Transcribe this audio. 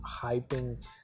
hyping